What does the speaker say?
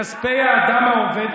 מכספי האדם העובד.